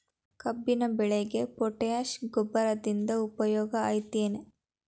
ಕಬ್ಬಿನ ಬೆಳೆಗೆ ಪೋಟ್ಯಾಶ ಗೊಬ್ಬರದಿಂದ ಉಪಯೋಗ ಐತಿ ಏನ್?